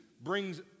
brings